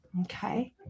Okay